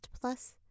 Plus